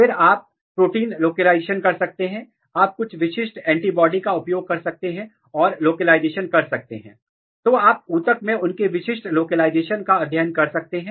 फिर आप protein localisation कर सकते हैं आप कुछ विशिष्ट एंटीबॉडी का उपयोग कर सकते हैं और लोकलाइजेशन कर सकते हैं तो आप ऊतकों में उनके विशिष्ट लोकलाइजेशन का अध्ययन कर सकते हैं